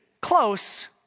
close